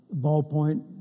ballpoint